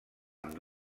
amb